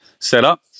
setup